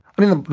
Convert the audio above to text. i mean,